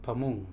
ꯐꯃꯨꯡ